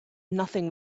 nothing